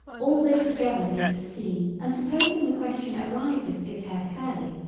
all this together makes a scene and supposing the question arises is hair curly,